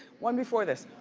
one before this.